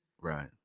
Right